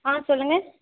ஆ சொல்லுங்கள்